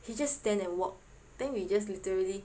he just stand and walk then we just literally